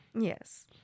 Yes